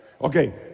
Okay